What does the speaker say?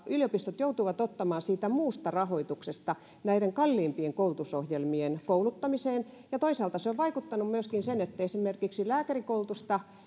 yliopistot joutuvat ottamaan siitä muusta rahoituksesta näiden kalliimpien koulutusohjelmien kouluttamiseen ja toisaalta se on vaikuttanut myöskin siihen että esimerkiksi lääkärikoulutusta